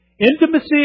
Intimacy